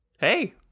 hey